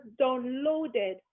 downloaded